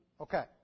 Okay